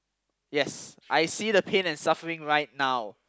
yes I see the pain and suffering right now